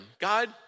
God